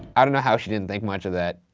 i don't know how she didn't think much of that.